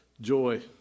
joy